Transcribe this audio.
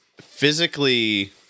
physically